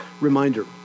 Reminder